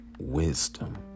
wisdom